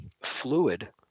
fluid